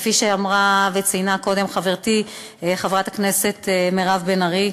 כפי שאמרה וציינה קודם חברתי חברת הכנסת מירב בן ארי,